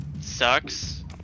sucks